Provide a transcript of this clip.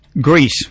Greece